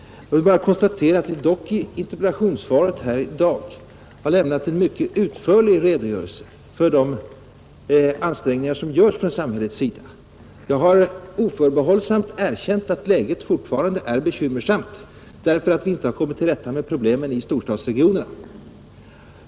Låt mig bara konstatera att det dock i interpellationssvaret här i dag har lämnats en mycket utförlig redogörelse för de ansträngningar som görs från samhällets sida. Jag har oförbehållsamt erkänt att läget fortfarande är bekymmersamt därför att vi inte har kommit till rätta med problemen i storstadsregionerna.